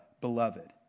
beloved